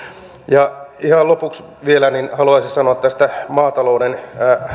ja ihan lopuksi vielä haluaisin sanoa tästä maatalouden